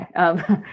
Okay